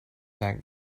that